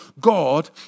god